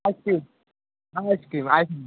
ice cream uh ice cream ice cream